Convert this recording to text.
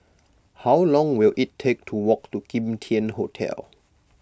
how long will it take to walk to Kim Tian Hotel